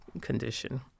condition